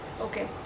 Okay